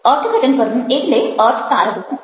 અર્થઘટન કરવું એટલે અર્થ તારવવો